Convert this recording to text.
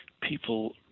people